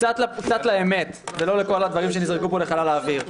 קצת לאמת ולא לכל הדברים שנזרקו פה לחלל האוויר.